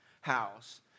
house